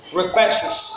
requests